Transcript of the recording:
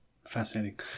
Fascinating